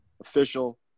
official